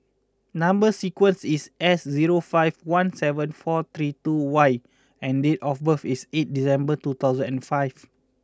number sequence is S zero five one seven four three two Y and date of birth is eight December two thousand and five